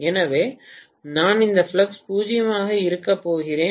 எனவே நான் இந்த ஃப்ளக்ஸ் 0 ஆக இருக்கப் போகிறேன்